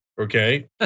Okay